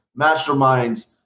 masterminds